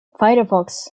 firefox